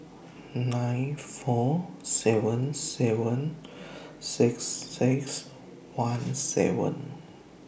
nine four seven seven six six one seven